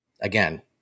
Again